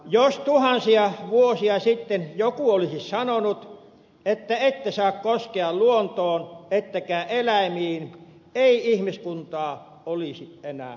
jos tuhansia vuosia sitten joku olisi sanonut että ette saa koskea luontoon ettekä eläimiin ei ihmiskuntaa olisi enää olemassakaan